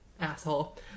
Asshole